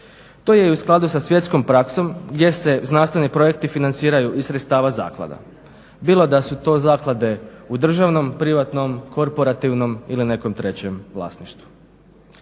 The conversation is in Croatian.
To je i u skladu sa svjetskom praksom gdje se znanstveni projekti financiraju iz sredstava zaklada bilo da su to zaklade u državnom, privatnom, korporativnom ili nekom trećem vlasništvu.